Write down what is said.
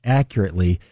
accurately